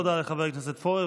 תודה לחבר הכנסת פורר.